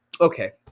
Okay